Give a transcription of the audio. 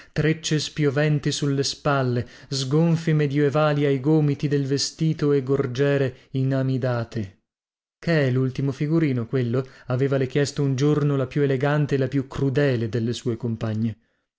trecce spioventi sulle spalle sgonfi medioevali ai gomiti del vestito e gorgiere inamidate che è lultimo figurino quello le aveva chiesto un giorno la più elegante e la più crudele delle sue compagne